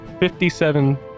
57